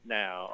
now